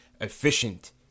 efficient